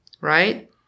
right